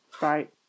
right